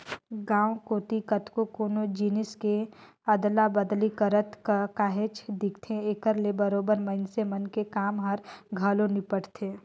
गाँव कोती कतको कोनो जिनिस के अदला बदली करत काहेच दिखथे, एकर ले बरोबेर मइनसे मन के काम हर घलो निपटथे